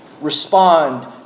respond